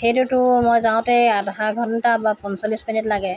সেইটোটো মই যাওঁতে আধা ঘণ্টা বা পঞ্চল্লিচ মিনিট লাগে